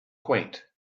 quaint